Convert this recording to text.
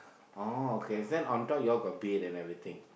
oh okay then on top you all got bathe and everything